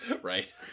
Right